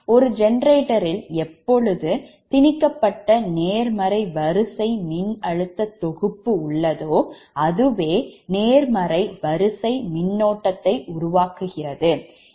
ஒரு Generatorல் எப்பொழுது திணிக்கப்பட்டநேர்மறை வரிசை மின்னழுத்த தொகுப்பு உள்ளதோ அதுவேநேர்மறை வரிசை மின்னோட்டத்தை உருவாக்குகிறது